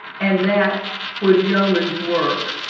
and that was yeoman's work.